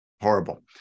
horrible